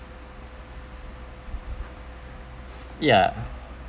ya